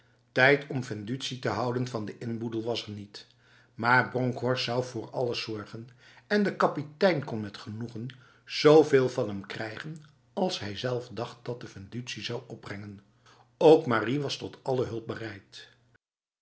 tijd om vendutie te houden van de inboedel was er niet maar bronkhorst zou voor alles zorgen en de kapitein kon met genoegen zoveel van hem krijgen als hijzelf dacht dat de vendutie zou opbrengen ook marie was tot alle hulp bereid